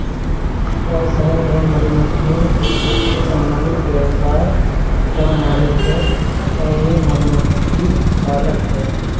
वह शहद और मधुमक्खियों से संबंधित व्यवसाय का मालिक है, वह एक मधुमक्खी पालक है